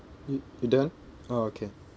y~ you done orh okay